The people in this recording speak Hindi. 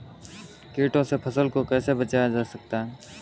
कीटों से फसल को कैसे बचाया जा सकता है?